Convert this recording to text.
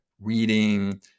reading